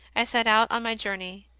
i set out on my journey.